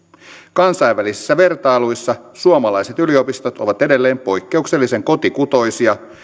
kansainvälisissä vertailuissa suomalaiset yliopistot ovat edelleen poikkeuksellisen kotikutoisia